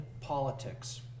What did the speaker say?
politics